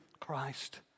Christ